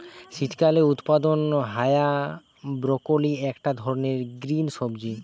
শীতকালে উৎপাদন হায়া ব্রকোলি একটা ধরণের গ্রিন সবজি